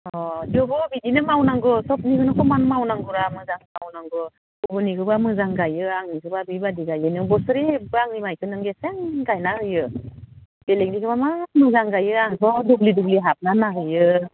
अ थेवबो बिदिनो मावनांगौ सबनिबो समान मावनांगौरा मोजां मावनांगौ गुबननिखोब्ला मोजां गायो आंनिखोब्ला बेबायदि गायो नों बोसोरैबो आंनि माइखो गेसें गायना होयो बेलेगनिखोब्ला मार मोजां गायो आंथ' दुब्लि दुब्लि हाबना नायहैयो